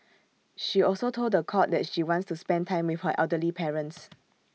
she also told The Court that she wants to spend time with her elderly parents